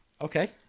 Okay